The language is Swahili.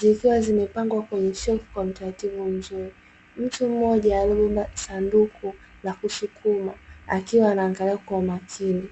Bidhaa zimepangwa kwenye shefu kwa utaratibu mzuri. Mtu mmoja aliyebeba sanduku la kusukuma akiwa anaangalia kwa umakini.